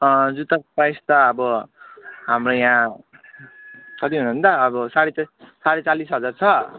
जुत्ताको प्राइस त अब हाम्रो यहाँ हो नि त अब साढे चालिस साढे चालिस हजार छ